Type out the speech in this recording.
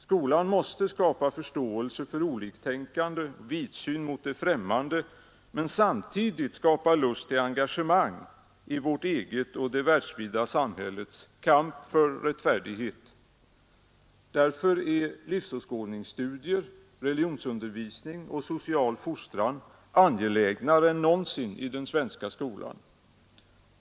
Skolan måste skapa förståelse för oliktänkande, vidsyn mot det främmande, men samtidigt lust till engagemang i vårt eget och det världsvida samhällets kamp för rättfärdighet och broderskap. Därför är livsåskådningsstudier, religionsundervisningen och den sociala fostran angelägnare än någonsin i den svenska skolan.